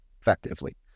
effectively